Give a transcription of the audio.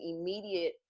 immediate